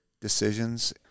decisions